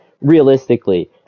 Realistically